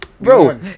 Bro